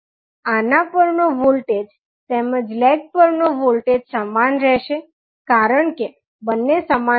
આના પર નો વોલ્ટેજ તેમજ લેગ પરનો વોલ્ટેજ સમાન રહેશે કારણ કે બંને સમાંતર છે